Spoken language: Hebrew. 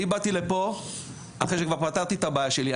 אני באתי לפה אחרי שכבר פתרתי את הבעיה שלי,